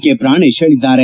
K Pranesh ಹೇಳಿದ್ದಾರೆ